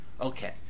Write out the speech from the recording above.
Okay